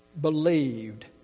believed